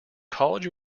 college